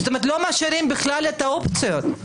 לא משאירים בכלל את האופציות.